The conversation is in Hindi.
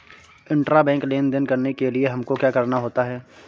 इंट्राबैंक लेन देन करने के लिए हमको क्या करना होता है?